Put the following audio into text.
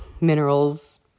minerals